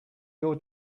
your